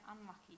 unlucky